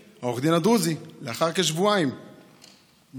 לאחר כשבועיים עורך הדין השני,